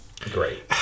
great